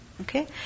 Okay